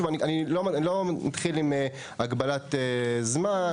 אני לא מתחיל עם הגבלת זמן.